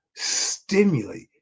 Stimulate